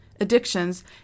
addictions